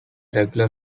regular